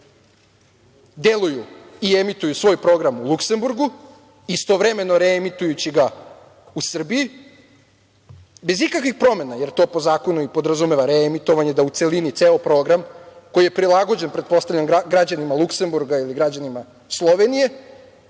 deluju i emituju svoj program u Luksemburgu, istovremeno reemitujući ga u Srbiji, bez ikakvih promena jer to po zakonu i podrazumeva reemitovanje da u celini ceo program koji je prilagođen, pretpostavljam, građanima Luksemburga ili građanima Slovenije,